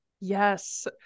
Yes